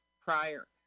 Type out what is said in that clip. prior